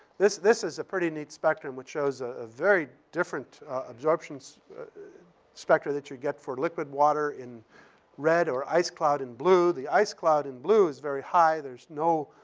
this this is a pretty neat spectrum, which shows a ah very different absorption spectral that you get for liquid water in red or ice cloud in blue. the ice cloud in blue is very high. there's no